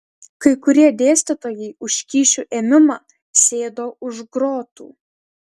kai kurie dėstytojai už kyšių ėmimą sėdo už grotų